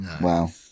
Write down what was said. Wow